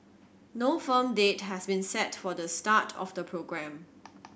no firm date has been set for the start of the programme